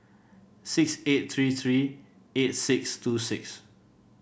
six eight three three eight six two six